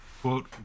quote